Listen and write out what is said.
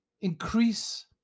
increase